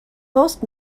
most